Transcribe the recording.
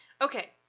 okay